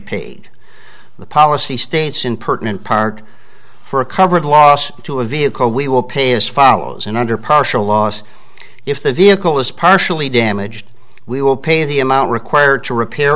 paid the policy states in pertinent part for a covered loss to a vehicle we will pay as follows in under partial laws if the vehicle is partially damaged we will pay the amount required to repair